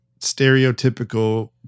stereotypical